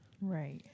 right